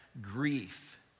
grief